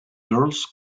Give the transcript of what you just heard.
girls